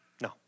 No